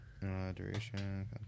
duration